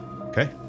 Okay